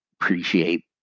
appreciate